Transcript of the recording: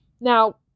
Now